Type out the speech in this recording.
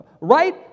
right